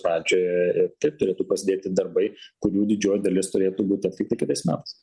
pradžioje taip turėtų prasidėti darbai kurių didžioji dalis turėtų būti atlikti kitais metais